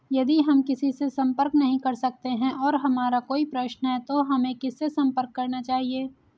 यदि हम किसी से संपर्क नहीं कर सकते हैं और हमारा कोई प्रश्न है तो हमें किससे संपर्क करना चाहिए?